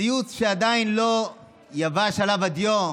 ציוץ שעדיין לא יבשה עליו הדיו: